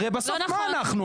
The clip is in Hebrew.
הרי בסוף מה אנחנו?